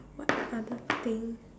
what other thing